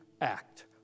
act